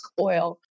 Oil